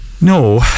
No